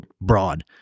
broad